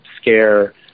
scare